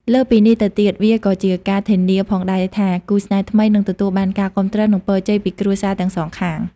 លើសពីនេះទៅទៀត វាក៏ជាការធានាផងដែរថា គូស្នេហ៍ថ្មីនឹងទទួលបានការគាំទ្រ និងពរជ័យពីគ្រួសារទាំងសងខាង។